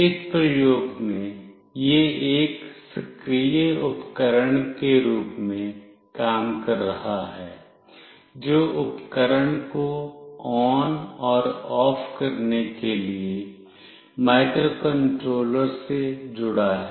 इस प्रयोग में यह एक सक्रिय उपकरण के रूप में काम कर रहा है जो उपकरण को ON और OFF करने के लिए माइक्रोकंट्रोलर से जुड़ा है